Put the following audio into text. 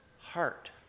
heart